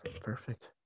Perfect